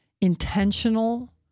intentional